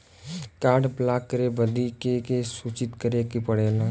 Card block करे बदी के के सूचित करें के पड़ेला?